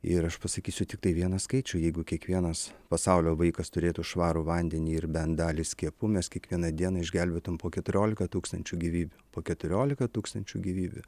ir aš pasakysiu tiktai vieną skaičių jeigu kiekvienas pasaulio vaikas turėtų švarų vandenį ir bent dalį skiepų mes kiekvieną dieną išgelbėtumėm po keturiolika tūkstančių gyvybių po keturiolika tūkstančių gyvybių